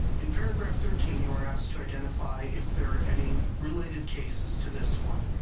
in paragraph thirteen, you are asked to identify if there are any related cases to this one.